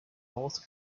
north